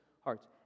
hearts